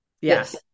Yes